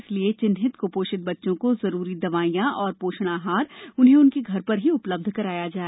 इसलिये चिन्हित कुपोषित बच्चों को जरूरी दवाईयां और पोषण आहर उन्हें घर पर ही उपलब्ध कराया जाए